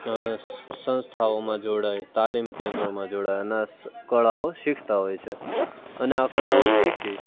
સંસ્થાઓમાં જોડાઈ તાલીમ કેન્દ્રોમાં જોડાય અને આ કળાઓ શિખતા હોય છે અને આ કળાઓ શીખી